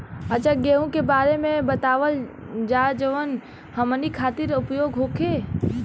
अच्छा गेहूँ के बारे में बतावल जाजवन हमनी ख़ातिर उपयोगी होखे?